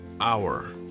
hour